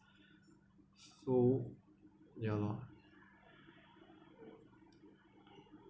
so ya lor